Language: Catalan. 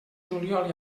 juliol